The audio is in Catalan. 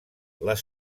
les